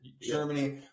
Germany